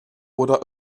oder